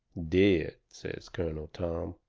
dead, says colonel tom,